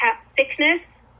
sickness